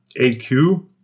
AQ